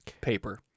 paper